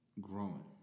growing